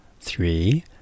Three